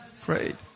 Prayed